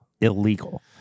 illegal